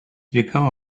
become